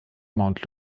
mount